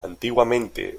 antiguamente